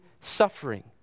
suffering